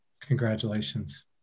Congratulations